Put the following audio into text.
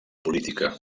política